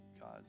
God